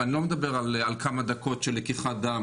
ואני לא מדבר על כמה דקות של לקיחת דם